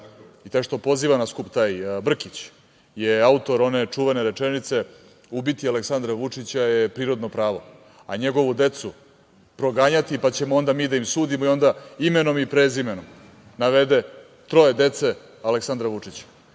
I taj što poziva na skup, taj Brkić je autor one čuvene rečenice – ubiti Aleksandra Vučića je prirodno pravo, a njegovu decu proganjati pa ćemo onda da im mi sudimo i onda imenom i prezimenom navede troje dece Aleksandra Vučića. Onda